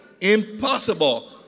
impossible